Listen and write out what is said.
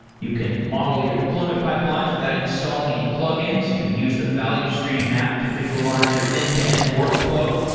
you can model your deployment pipelines without installing any plugins. you can use the value stream map to visualize your end-to-end workflow,